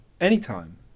Anytime